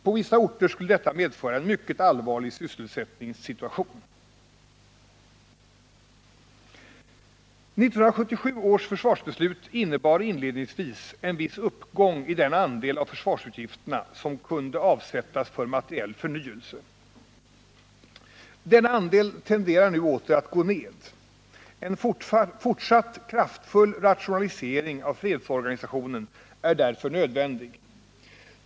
På vissa orter skulle detta medföra en mycket allvarlig sysselsättningssituation! 1977 års försvarsbeslut innebar inledningsvis en viss uppgång i den andel av försvarsutgifterna som kunde avsättas för materiell förnyelse. Denna andel tenderar nu åter att gå ned. En fortsatt kraftfull rationalisering av fredsorganisationen är därför nödvändig.